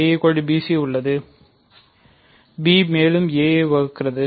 a bc உள்ளது b மேலும் a ஐ வகுக்கிறது